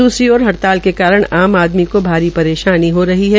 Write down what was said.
द्सरी ओर हड़ताल के कारण आम आदमी को भारी परेशानी हो रही है